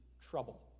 trouble